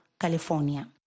California